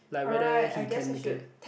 like whether he can make it